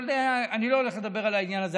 אבל אני לא הולך לדבר על העניין הזה.